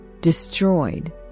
destroyed